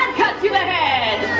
cut to the head.